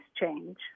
change